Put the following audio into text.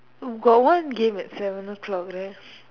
got one game at seven o-clock right